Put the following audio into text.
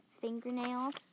fingernails